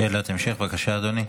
שאלת המשך, בבקשה, אדוני.